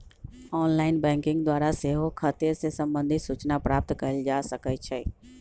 online banking द्वारा सेहो खते से संबंधित सूचना प्राप्त कएल जा सकइ छै